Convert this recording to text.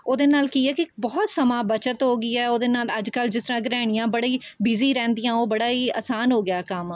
ਉਹਦੇ ਨਾਲ਼ ਕੀ ਹੈ ਕਿ ਬਹੁਤ ਸਮਾਂ ਬੱਚਤ ਹੋਗੀ ਹੈ ਉਹਦੇ ਨਾਲ਼ ਅੱਜ ਕੱਲ੍ਹ ਜਿਸ ਤਰ੍ਹਾਂ ਗ੍ਰਹਿਣੀਆਂ ਬੜੇ ਹੀ ਬਿਜ਼ੀ ਰਹਿੰਦੀਆਂ ਉਹ ਬੜਾ ਹੀ ਆਸਾਨ ਹੋ ਗਿਆ ਕੰਮ